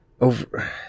over